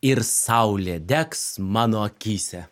ir saulė degs mano akyse